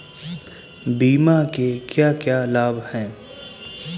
बीमा के क्या क्या लाभ हैं?